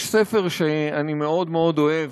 יש ספר שאני מאוד מאוד אוהב,